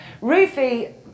Rufy